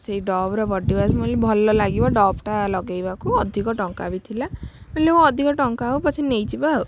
ସେଇ ଡଭ୍ର ବଡ଼ି ୱାସ୍ ମୁଁ ଭାବିଲି ଭଲ ଲାଗିବ ଡଡଭ୍ଟା ଲଗାଇବାକୁ ଅଧିକ ଟଙ୍କା ବି ଥିଲା ହେଲେ ଅଧିକ ଟଙ୍କା ହଉ ପଛେ ନେଇଯିବା ଆଉ